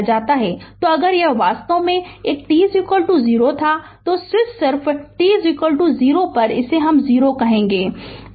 तो अगर यह वास्तव में एक t 0 था तो स्विच सिर्फ t 0 0 कहते हैं